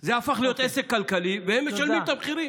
זה הפך להיות עסק כלכלי, והם משלמים את המחירים.